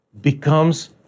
becomes